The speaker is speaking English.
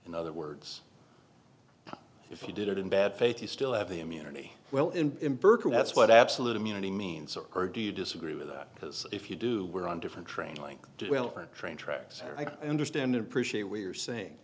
in other words if you did it in bad faith you still have the immunity well in berkeley that's what absolute immunity means or do you disagree with that because if you do we're on different train like train tracks here i understand and appreciate what you're saying